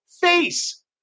face